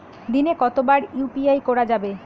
দিনে কতবার ইউ.পি.আই করা যাবে?